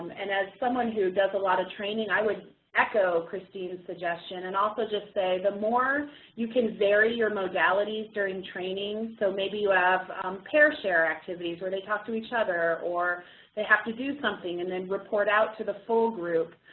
and as someone who does a lot of training, i would echo christine's suggestion and also just say the more you can vary your modalities during training, so maybe you have pair care activities where they talk to each other, or they have to do something and then report out to the whole group.